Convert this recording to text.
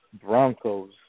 Broncos